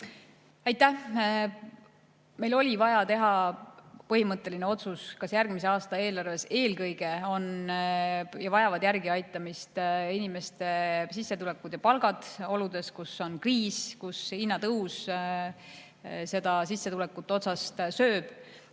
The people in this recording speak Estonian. Aitäh! Meil oli vaja teha põhimõtteline otsus, kas järgmise aasta eelarves eelkõige vajavad järgi aitamist inimeste sissetulekud ja palgad kriisioludes, kus hinnatõus sissetulekuid otsast sööb,